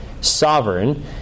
sovereign